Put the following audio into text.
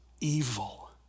evil